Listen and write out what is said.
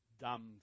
dumb